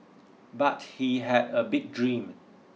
but he had a big dream